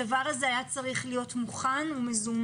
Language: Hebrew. הדבר הזה היה צריך להיות מוכן ומזומן